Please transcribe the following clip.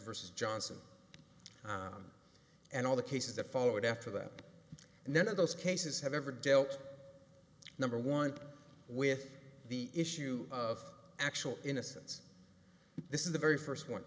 versus johnson and all the cases that followed after that none of those cases have ever dealt number one with the issue of actual innocence this is the very first one